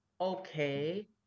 okay